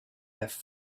have